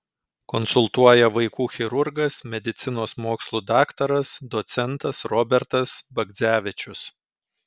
konsultuoja vaikų chirurgas medicinos mokslų daktaras docentas robertas bagdzevičius